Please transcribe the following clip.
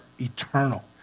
eternal